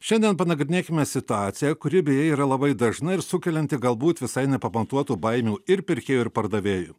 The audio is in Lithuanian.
šiandien panagrinėkime situaciją kuri beje yra labai dažna ir sukelianti galbūt visai nepamatuotų baimių ir pirkėjui ir pardavėjui